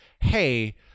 hey